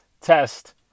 test